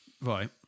right